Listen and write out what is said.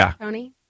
Tony